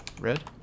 red